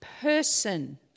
Person